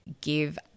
give